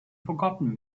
forgotten